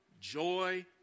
joy